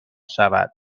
شود